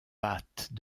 pattes